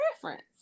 preference